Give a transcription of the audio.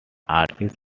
artist